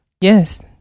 Yes